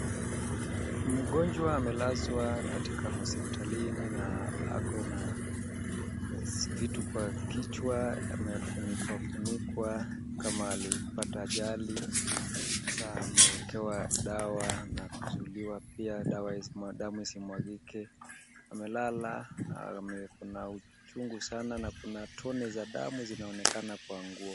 Mgonjwa amelazwa katika hospitalini na akona vitu kwa kichwa. Amefunikwa funikwa kama alipata ajali. Sasa anawekewa dawa na kuzuiliwa pia dawa damu isimwagike. Amelala na ame kuna uchungu sana. Na kuna tone za damu zinaonekana na kwa nguo.